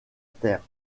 terre